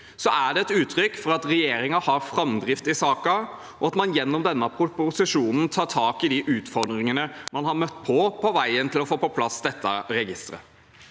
er det et uttrykk for at regjeringen har framdrift i saken, og at man gjennom denne proposisjonen tar tak i de utfordringene man har møtt på på veien til å få på plass dette registeret.